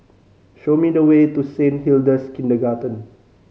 show me the way to Saint Hilda's Kindergarten